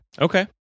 Okay